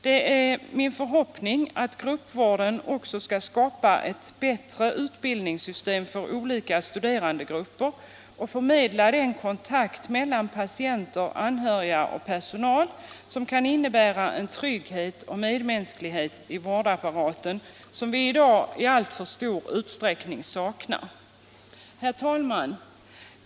Det är min förhoppning att gruppvården också skall skapa ett bättre utbildningssystem för olika studerandegrupper och förmedla en kontakt mellan patienter, anhöriga och personal som kan innebära en trygghet och medmänsklighet i vårdapparaten som vi i dag i alltför stor utsträckning saknar. Herr talman!